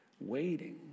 waiting